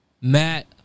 Matt